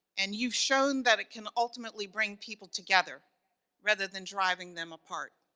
and you've shown that it can ultimately bring people together rather than driving them apart.